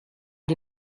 die